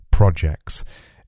Projects